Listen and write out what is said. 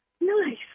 Nice